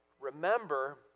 remember